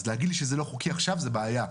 אז להגיד לי שזה לא חוקי עכשיו זו בעיה,